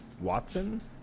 Watson